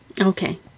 Okay